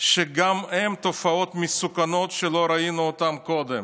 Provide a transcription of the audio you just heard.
שהן תופעות מסוכנות שלא ראינו קודם,